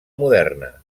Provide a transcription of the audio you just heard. moderna